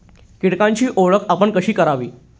कीटकांची ओळख आपण कशी करावी?